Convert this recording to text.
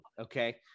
Okay